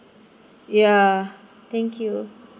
yeah thank you